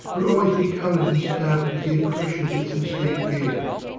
will always be coloured and stamped with the impression that this mistake gave me.